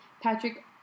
Patrick